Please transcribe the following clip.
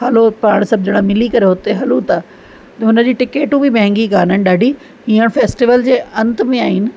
हलो पाण जणा मिली करे हुते हलूं था हुन जी टिकेटूं बि महांगी कोन आहिनि ॾाढी हींअर फ़ेस्टीवल जे अंत में आहिनि